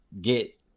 get